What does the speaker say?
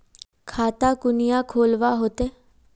खाता कुनियाँ खोलवा होते?